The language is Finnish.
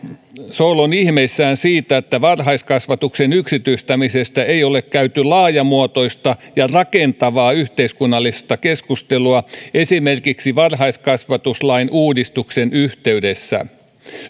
sool on ihmeissään siitä että varhaiskasvatuksen yksityistämisestä ei ole käyty laajamuotoista ja rakentavaa yhteiskunnallista keskustelua esimerkiksi varhaiskasvatuslain uudistuksen yhteydessä